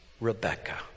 Rebecca